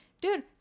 Dude